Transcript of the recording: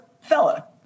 fella